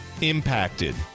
Impacted